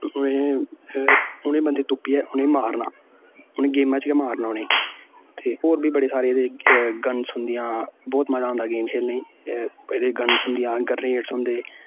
उनें उनेंगी बंदे तुप्पियै उनें मारना उनें गेमां च गै मारना उनेंगी ते होर बी बड़े सारे एह्दे च गन होंदियां बहुत मजा आंदा गेम खेलने गी एह्दे गन्स होंदियां गरनेडस होंदे